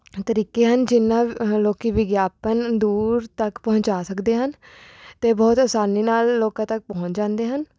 ਤਰੀਕੇ ਹਨ ਜਿਨ੍ਹਾਂ ਲੋਕ ਵਿਗਿਆਪਨ ਦੂਰ ਤੱਕ ਪਹੁੰਚਾ ਸਕਦੇ ਹਨ ਅਤੇ ਬਹੁਤ ਅਸਾਨੀ ਨਾਲ ਲੋਕਾਂ ਤੱਕ ਪਹੁੰਚ ਜਾਂਦੇ ਹਨ